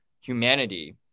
humanity